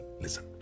listen